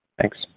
Thanks